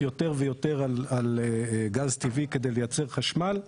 יותר ויותר על גז טבעי כדי לייצר חשמל.